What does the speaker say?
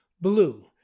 blue